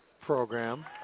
program